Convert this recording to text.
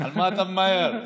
למה אתה ממהר?